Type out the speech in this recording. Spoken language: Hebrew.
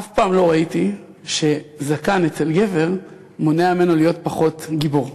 אף פעם לא ראיתי שזקן אצל גבר מונע ממנו להיות פחות גיבור.